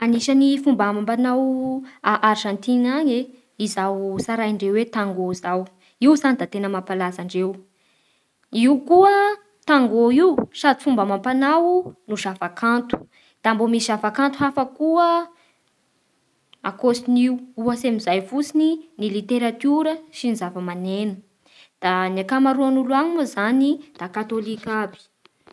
Anisan'ny fomba amampanao Arzantina any e, izao tsaraindreo hoe tangô zao, io zany da tena mampalaza andreo, io koa tangô io sady fomba amampanao no zava-kanto. Da mbo misy zava-kanto hafa koa akoatsin'io, ohatsy amin'izay fotsiny ny literatiora sy ny zava-maneno Da ny akamaroany olo any moa zany da katôlika aby